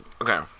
okay